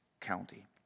county